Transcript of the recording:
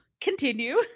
Continue